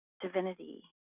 divinity